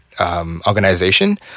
Organization